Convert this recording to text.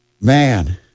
man